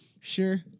Sure